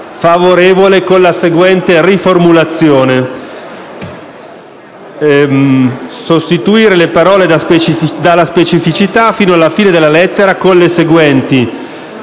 favorevole con la seguente riformulazione: sostituire le parole da: «la specificità» fino alla fine della lettera con le seguenti: